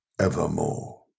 evermore